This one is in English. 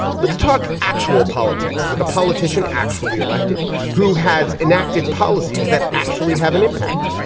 let's talk actual politics with a politician actually elected who has enacted policies that actually have an impact.